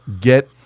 get